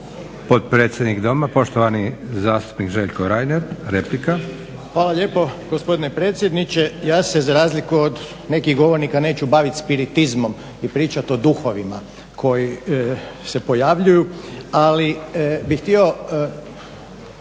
Potpredsjednik Doma poštovani zastupnik Željko Reiner, replika. **Reiner, Željko (HDZ)** Hvala lijepo gospodine predsjedniče. Ja se za razliku od nekih govornika neću baviti spiritizmom i pričati o duhovima koji se pojavljuju, ali bih htio